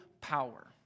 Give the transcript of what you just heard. power